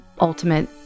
ultimate